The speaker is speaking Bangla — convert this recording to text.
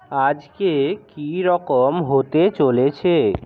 আজকে কী রকম হতে চলেছে